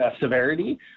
severity